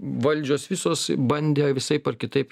valdžios visos bandė visaip ar kitaip